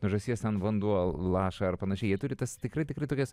nuo žąsies ten vanduo laša ar panašiai jie turi tas tikrai tikrai tokias